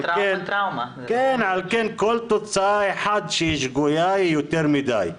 ועל כן כל תוצאה אחת שגויה היא יותר מדי.